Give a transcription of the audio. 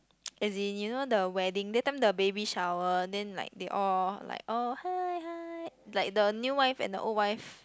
as in you know the wedding that time the baby shower then like they all like oh hi hi like the new wife and old wife